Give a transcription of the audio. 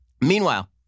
Meanwhile